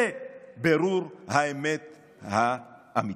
זהו בירור האמת האמיתי,